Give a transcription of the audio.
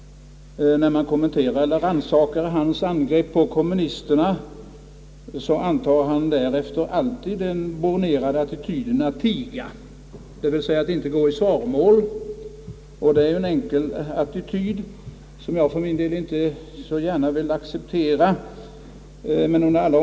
När man kommenterar eller rannsakar hans angrepp på kommunisterna intar han alltid den bornerade attityden att tiga, d. v. s. att inte gå in i svaromål. Det är ju en enkel attityd som jag för min del inte så gärna vill acceptera.